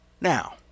Now